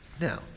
Now